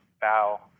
bow